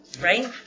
Right